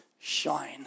Shine